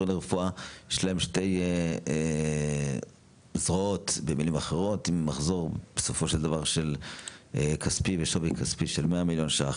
לרפואה" יש שתי זרועות עם מחזור כספי של 100 מיליון ש"ח,